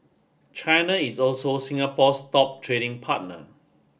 China is also Singapore's top trading partner